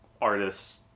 artists